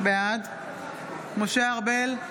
בעד משה ארבל,